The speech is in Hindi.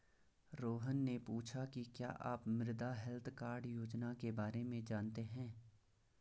रोहन ने पूछा कि क्या आप मृदा हैल्थ कार्ड योजना के बारे में जानते हैं?